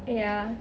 ya